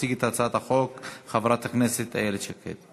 תציג את הצעת החוק חברת הכנסת איילת שקד.